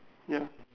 ya